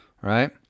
right